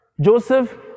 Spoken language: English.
Joseph